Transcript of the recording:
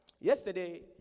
yesterday